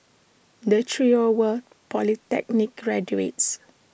the trio were polytechnic graduates